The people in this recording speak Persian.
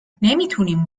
نمیتونیم